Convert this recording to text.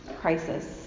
crisis